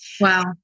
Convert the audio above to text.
Wow